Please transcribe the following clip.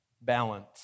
balance